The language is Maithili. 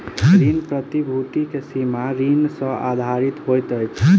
ऋण प्रतिभूति के सीमा ऋण सॅ आधारित होइत अछि